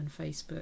facebook